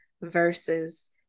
versus